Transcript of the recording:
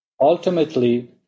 Ultimately